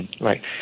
Right